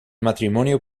matrimonio